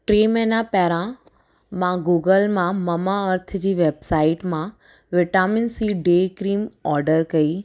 T महीना पहिरियां मां गूगल मां ममा अर्थ जी वैबसाइट मां vitamin C D cream order कई